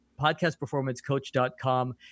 podcastperformancecoach.com